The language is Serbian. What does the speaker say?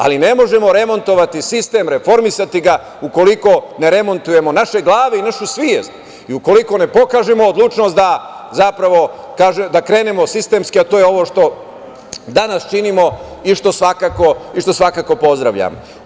Ali, ne možemo remontovati sistem, reformisati ga, ukoliko ne remontujemo naše glave i našu svest i ukoliko ne pokažemo odlučnost da krenemo sistemski, a to je ovo što danas činimo i što svakako pozdravljam.